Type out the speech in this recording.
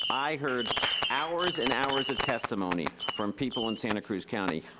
i heard hours and hours of testimony from people in santa cruz county.